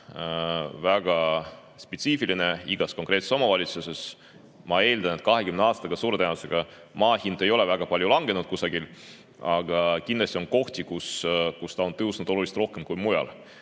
väga spetsiifiline igas konkreetses omavalitsuses. Ma eeldan, et 20 aastaga suure tõenäosusega maa hind ei ole väga palju langenud kusagil, aga kindlasti on kohti, kus ta on tõusnud oluliselt rohkem kui mujal.